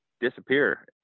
disappear